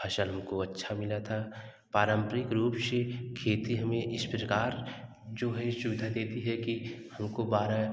फ़सल हमको अच्छा मिला था पारंपरिक रूप से खेती हमे इस प्रकार जो है सुविधा देती है कि हमको बारह